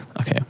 okay